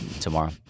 tomorrow